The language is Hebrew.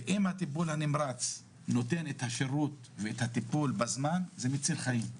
ואם הטיפול הנמרץ נותן את השירות ואת הטיפול בזמן זה מציל חיים,